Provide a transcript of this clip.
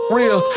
real